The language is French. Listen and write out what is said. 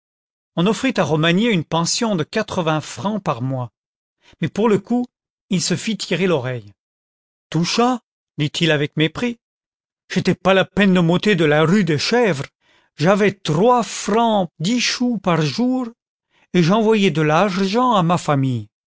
on offrit à romagné une pension de quatrevingts francs par mois mais pour le coup il so fit tirer l'oreille content from google book search generated at tout cha dit-il avec mépris c'hétait pas la peine de m'ôler de la rue de chèvres j'avais trois francs dix chous par jour et j'envoyais de l'argent à ma famille